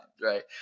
right